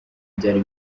byari